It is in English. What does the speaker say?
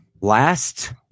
Last